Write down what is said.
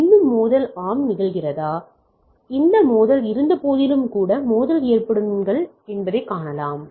ஆனால் இன்னும் மோதல் ஆம் நிகழ்கிறதா இந்த மோதல் இருந்தபோதிலும் கூட மோதல் ஏற்படக்கூடும் என்பதைக் காணலாம்